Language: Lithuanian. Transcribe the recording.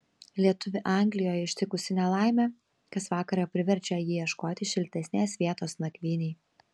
lietuvį anglijoje ištikusi nelaimė kas vakarą priverčia jį ieškoti šiltesnės vietos nakvynei